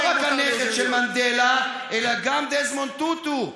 לא רק הנכד של מנדלה אלא גם דזמונד טוטו,